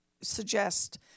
suggest